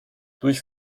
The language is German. durch